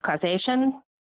causation